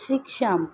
chick shampoo